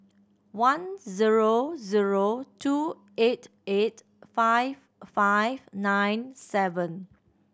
one zero zero two eight eight five five nine seven